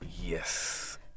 Yes